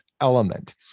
element